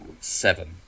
Seven